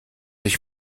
ich